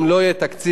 אם לא יהיה תקציב,